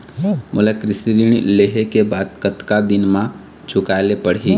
मोला कृषि ऋण लेहे के बाद कतका दिन मा चुकाए ले पड़ही?